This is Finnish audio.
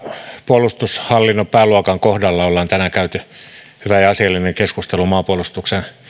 puolustushallinnon pääluokan kohdalla on tänään käyty hyvä ja asiallinen keskustelu maanpuolustuksen